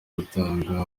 rutanga